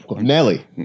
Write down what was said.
Nelly